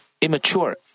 immature